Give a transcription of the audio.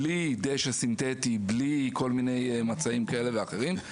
בלי דשא סינטטי ומצעים כאלה ואחרים,